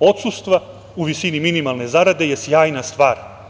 odsustvo u visini minimalne zarade je sjajna stvar.